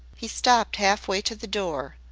he stopped half-way to the door,